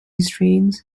restraints